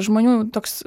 žmonių toks